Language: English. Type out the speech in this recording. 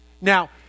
Now